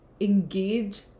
engage